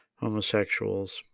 homosexuals